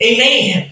Amen